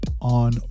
on